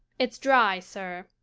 it's dry, sir.